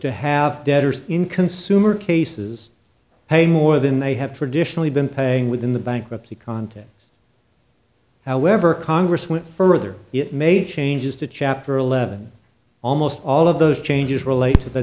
to have debtors in consumer cases pay more than they have traditionally been paying within the bankruptcy context however congress went further it made changes to chapter eleven almost all of those changes relate to the